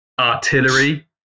Artillery